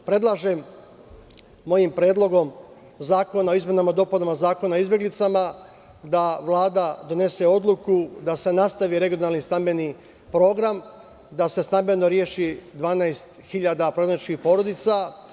Predlažem mojim predlogom zakona o izmenama i dopunama Zakona o izbeglicama da Vlada donese odluku da se nastavi regionalni stambeni program, da se stambeno reši 12000 prognaničkih porodica.